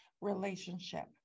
relationship